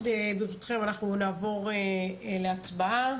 ברשותכם, אנחנו נעבור להצבעה.